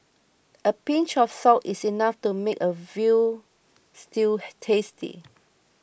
a pinch of salt is enough to make a Veal Stew tasty